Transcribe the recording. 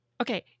Okay